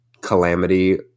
calamity